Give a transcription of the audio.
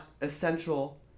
essential